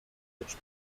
which